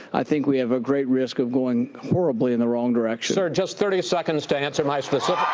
i think we have a great risk of going horribly in the wrong direction. sir, just thirty seconds to answer my specific.